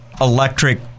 electric